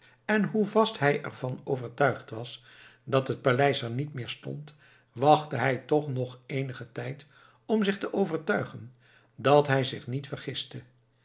en hoe vast hij ervan overtuigd was dat het paleis er niet meer stond wachtte hij toch nog eenigen tijd om zich te overtuigen dat hij zich niet